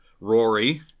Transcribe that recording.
Rory